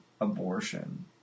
abortion